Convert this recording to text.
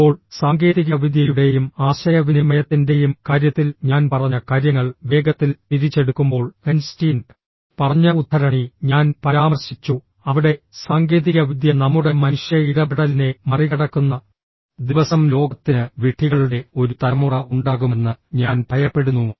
ഇപ്പോൾ സാങ്കേതികവിദ്യയുടെയും ആശയവിനിമയത്തിന്റെയും കാര്യത്തിൽ ഞാൻ പറഞ്ഞ കാര്യങ്ങൾ വേഗത്തിൽ തിരിച്ചെടുക്കുമ്പോൾ ഐൻസ്റ്റീൻ പറഞ്ഞ ഉദ്ധരണി ഞാൻ പരാമർശിച്ചു അവിടെ സാങ്കേതികവിദ്യ നമ്മുടെ മനുഷ്യ ഇടപെടലിനെ മറികടക്കുന്ന ദിവസം ലോകത്തിന് വിഡ്ഢികളുടെ ഒരു തലമുറ ഉണ്ടാകുമെന്ന് ഞാൻ ഭയപ്പെടുന്നു